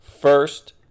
First